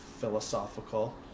philosophical